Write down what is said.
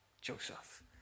Joseph